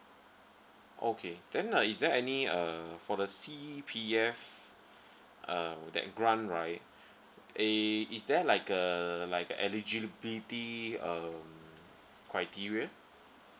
okay then uh is there any uh for the C_P_F uh that grant right eh is there like a like a eligibility um criteria